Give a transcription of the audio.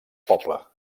poble